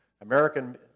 American